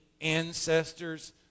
ancestors